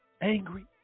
angry